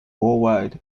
worldwide